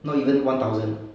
not even one thousand ah